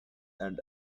and